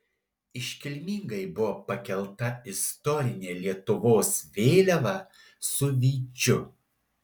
iškilmingai buvo pakelta istorinė lietuvos vėliava su vyčiu